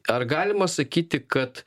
ar galima sakyti kad